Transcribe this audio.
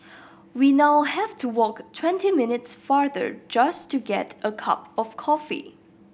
we now have to walk twenty minutes farther just to get a cup of coffee